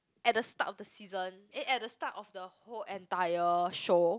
at the start of the season eh at the start of the whole entire show